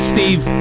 Steve